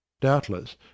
Doubtless